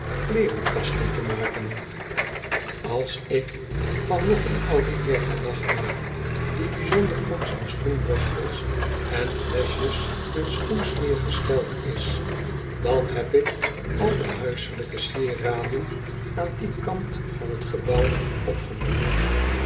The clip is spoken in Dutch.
hoededoozen kleerenkasten te maken als ik van nog een ouden heer gewag maak die bijzonder op zijn schoenborstels en flescbjes met schoensmeer gesteld is dan heb ik al de huiselijke sieraden aan dien kant van t gebouw opgenoemd